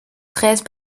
treize